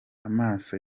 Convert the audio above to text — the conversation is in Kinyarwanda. amaso